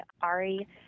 Ari